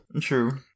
True